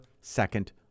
second